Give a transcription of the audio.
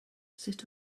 sut